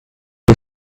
two